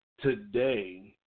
today